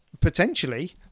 potentially